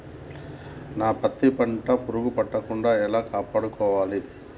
నా పత్తి పంట పురుగు పట్టకుండా ఎలా కాపాడుకోవాలి?